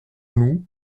nous